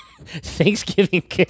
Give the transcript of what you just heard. Thanksgiving